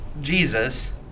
Jesus